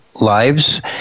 Lives